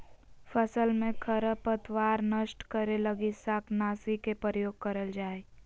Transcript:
फसल में खरपतवार नष्ट करे लगी शाकनाशी के प्रयोग करल जा हइ